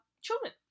children